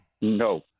No